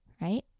right